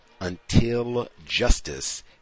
untiljustice